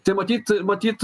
tai matyt matyt